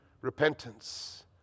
repentance